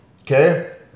Okay